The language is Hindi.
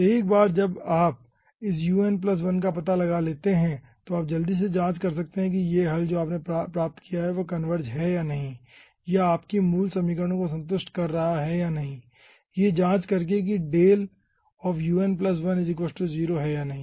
तो एक बार जब हम इस un1 का पता लगा लेते हैं तो आप जल्दी से जाँच कर सकते हैं कि यह हल जो आपने प्राप्त किया है वह कन्वर्ज है या नहीं या आपकी मूल समीकरणों को संतुष्ट कर रहा हैं या नहीं ये जांच करके कि है या नहीं